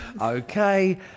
Okay